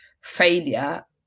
failure